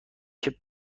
تکه